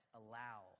allow